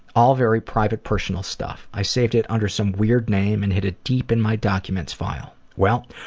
all very private, personal stuff. i saved it under some weird name and hid it deep in my documents file. well,